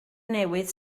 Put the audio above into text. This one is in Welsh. newydd